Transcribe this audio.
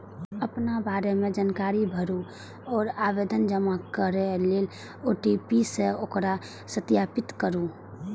अपना बारे मे जानकारी भरू आ आवेदन जमा करै लेल ओ.टी.पी सं ओकरा सत्यापित करू